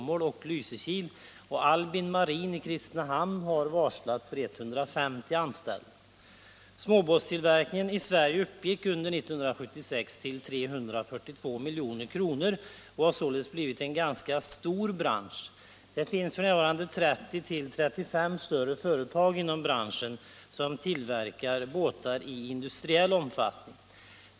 Möln Småbåtstillverkningen i Sverige uppgick under 1976 till 342 milj.kr. = och har således blivit en ganska stor bransch. Det finns f. n. 30-35 större — Om en kartläggning företag inom branschen som tillverkar båtar i industriell omfattning.